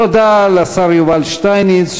תודה לשר יובל שטייניץ,